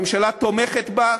הממשלה תומכת בה,